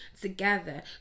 together